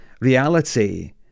reality